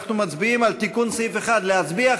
אנחנו מצביעים על תיקון סעיף 1. להצביע,